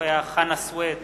נוכח חנא סוייד